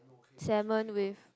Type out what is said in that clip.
salmon with